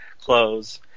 clothes